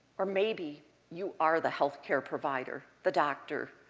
or maybe you are the healthcare provider, the doctor,